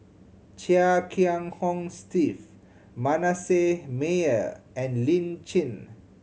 Chia Kiah Hong Steve Manasseh Meyer and Lin Chen